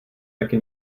taky